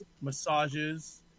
massages